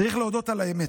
צריך להודות על האמת: